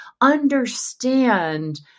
understand